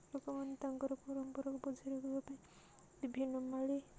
ଲୋକମାନେ ତାଙ୍କର ପରମ୍ପରାକୁ ବଞ୍ଚେଇ ରଖିବା ପାଇଁ ବିଭିନ୍ନ ମାଳି